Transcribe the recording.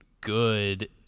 good